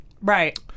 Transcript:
Right